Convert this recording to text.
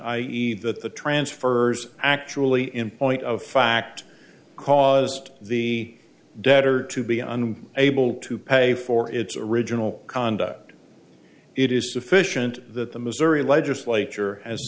that the transfers actually in point of fact caused the debtor to be on able to pay for its original conduct it is sufficient that the missouri legislature has